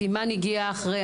אימאן הגיעה אחרי.